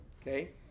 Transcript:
okay